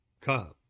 come